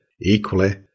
Equally